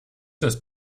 ist